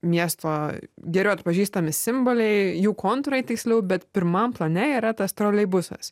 miesto geriau atpažįstami simboliai jų kontūrai tiksliau bet pirmam plane yra tas troleibusas